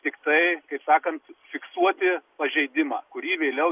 tiktai kaip sakant fiksuoti pažeidimą kurį vėliau